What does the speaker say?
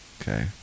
Okay